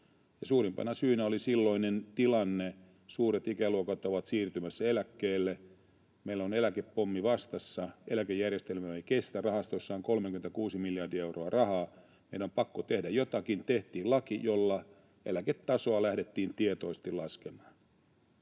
suurimpana syynä oli silloinen tilanne: suuret ikäluokat ovat siirtymässä eläkkeelle, meillä on eläkepommi vastassa, eläkejärjestelmä ei kestä, rahastoissa on 36 miljardia euroa rahaa, meidän on pakko tehdä jotakin. Tehtiin laki, jolla eläketasoa lähdettiin tietoisesti laskemaan.